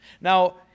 Now